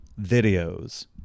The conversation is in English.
videos